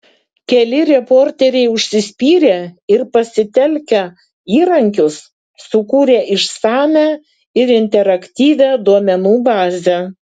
keli reporteriai užsispyrė ir pasitelkę įrankius sukūrė išsamią ir interaktyvią duomenų bazę